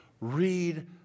Read